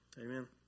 Amen